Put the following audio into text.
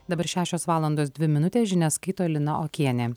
dabar šešios valandos dvi minutes žinias skaito lina okienė